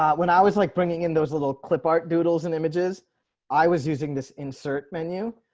ah when i was like bringing in those little clip art doodles and images i was using this insert menu,